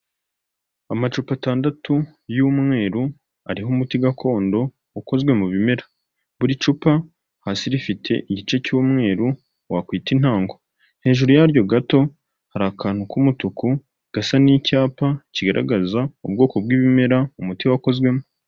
Amacupa atandatu y'umweru ariho umuti gakondo ukozwe mu bimera, buri cupa hasi rifite igice cy'umweru wakwita intango, hejuru yaryo gato hari akantu k'umutuku gasa n'icyapa kigaragaza ubwoko bwibimera umuti wakozwemo.